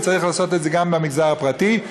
וצריך לעשות את זה גם במגזר הפרטי.